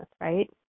right